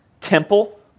temple